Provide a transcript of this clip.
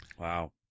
Wow